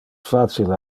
facile